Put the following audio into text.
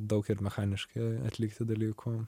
daug ir mechaniškai atlikti dalykų